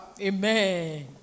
Amen